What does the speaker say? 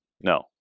No